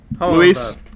Luis